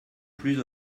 plus